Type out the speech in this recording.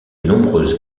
nombreuses